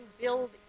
build